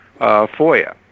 FOIA